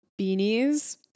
beanies